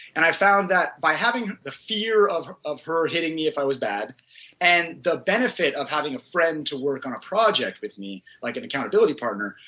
and i found that by having the fear of of her hitting me if i was bad and the benefit of having a friend to work on a project with me, like an accountability partner,